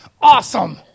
awesome